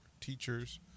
teachers